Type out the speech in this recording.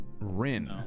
Rin